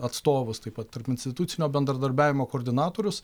atstovus taip pat tarpinstitucinio bendradarbiavimo koordinatorius